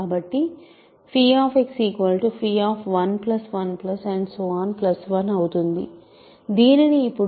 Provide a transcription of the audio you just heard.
1 అవుతుంది దీనిని ఇప్పుడు